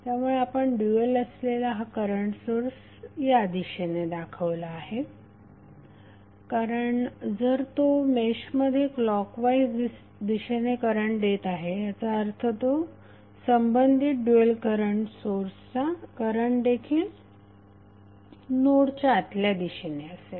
त्यामुळे आपण ड्यूएल असलेला हा करंट सोर्स या दिशेने दाखवला आहे कारण जर तो मेश मध्ये क्लॉकवाईज दिशेने करंट देत आहे याचा अर्थ संबंधित ड्यूएल करंट सोर्स चा करंट देखील नोडच्या आतल्या दिशेने असेल